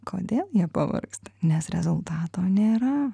kodėl jie pavargsta nes rezultato nėra